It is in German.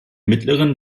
mittleren